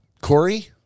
Corey